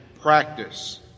practice